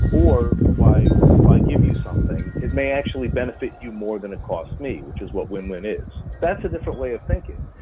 or why if i give you something, it may actually benefit you more than it cost me, which is what win-win is, that's a different way of thinking.